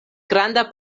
granda